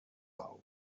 pau